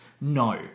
No